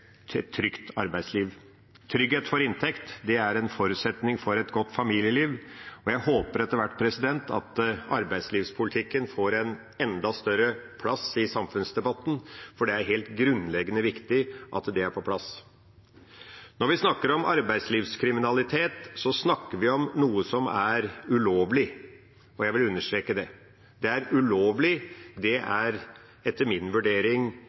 trygt arbeidsliv. Trygghet for inntekt er en forutsetning for et godt familieliv, og jeg håper at arbeidslivspolitikken etter hvert får en enda større plass i samfunnsdebatten, for det er helt grunnleggende viktig at det er på plass. Når vi snakker om arbeidslivskriminalitet, snakker vi om noe som er ulovlig, og jeg vil understreke det, det er ulovlig, og det er etter min vurdering